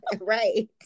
Right